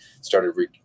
started